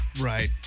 Right